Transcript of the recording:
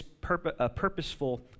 purposeful